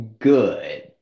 Good